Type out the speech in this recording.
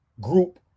group